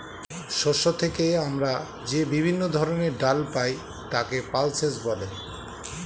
শস্য থেকে আমরা যে বিভিন্ন ধরনের ডাল পাই তাকে পালসেস বলে